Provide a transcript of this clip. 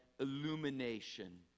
illumination